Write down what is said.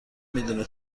میدونه